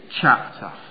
chapter